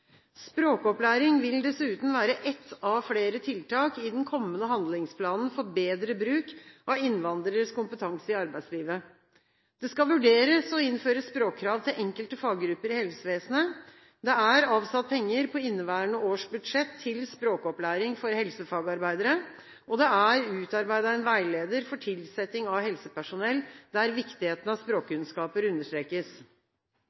Språkopplæring vil dessuten være ett av flere tiltak i den kommende handlingsplanen for bedre bruk av innvandreres kompetanse i arbeidslivet. Det skal vurderes å innføre språkkrav til enkelte faggrupper i helsevesenet. Det er avsatt penger på inneværende års budsjett til språkopplæring for helsefagarbeidere. Det er utarbeidet en veileder for tilsetting av helsepersonell, der viktigheten av